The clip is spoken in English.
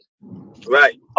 Right